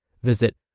Visit